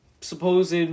supposed